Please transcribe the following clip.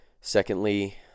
Secondly